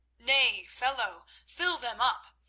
nay, fellow, fill them up,